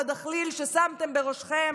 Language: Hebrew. בדחליל ששמתם בראשכם